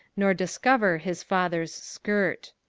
nor discover his father's skirt.